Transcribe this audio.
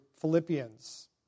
Philippians